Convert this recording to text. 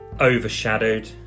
overshadowed